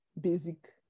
basic